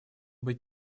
быть